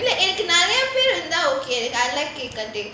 எனக்கு நெறய பேரு இருந்த:enakku neraya peru intha okay I like it cake cutting